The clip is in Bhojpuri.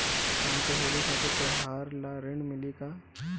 हमके होली खातिर त्योहार ला ऋण मिली का?